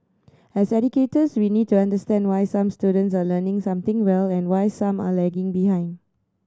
as educators we need to understand why some students are learning something well and why some are lagging behind